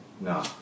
no